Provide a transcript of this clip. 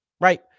right